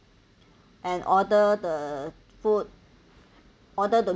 and order the food order the